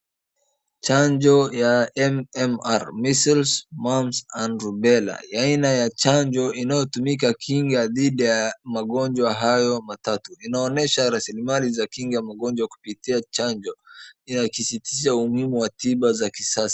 Chanjo ya MMR measles, mumps and rubella . Aina ya chanjo inayotumika kinga dhidi ya magonjwa hayo matatu. Inaonyesha rasilimali za kinga magonjwa kupitia chanjo, yakisisitiza umuhimu wa tiba za kisasa.